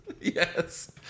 Yes